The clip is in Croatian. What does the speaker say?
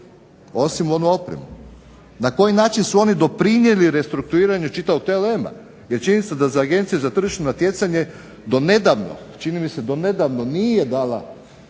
osim onu opremu, na koji način su oni doprinijeli restrukturiranju čitavog TLM-a jer činjenica je da za Agenciju za tržišno natjecanje do nedavno, čini mi se do nedavno nije dala